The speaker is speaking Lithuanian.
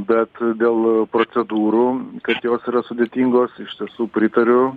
bet dėl procedūrų kad jos yra sudėtingos iš tiesų pritariu